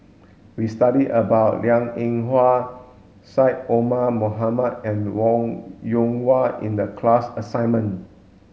we studied about Liang Eng Hwa Syed Omar Mohamed and Wong Yoon Wah in the class assignment